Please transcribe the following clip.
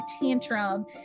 tantrum